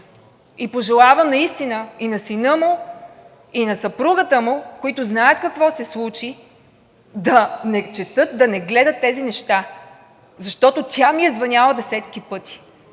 И пожелавам наистина и на сина му, и на съпругата му, които знаят какво се случи, да не четат, да не гледат тези неща. Защото тя ми е звъняла десетки пъти,